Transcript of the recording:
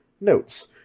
Notes